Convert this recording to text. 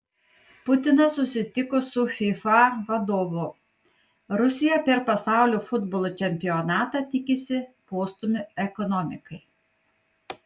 putinas susitiko su fifa vadovu rusija per pasaulio futbolo čempionatą tikisi postūmio ekonomikai